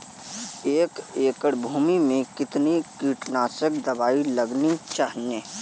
एक एकड़ भूमि में कितनी कीटनाशक दबाई लगानी चाहिए?